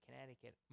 Connecticut